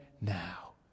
now